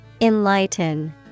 Enlighten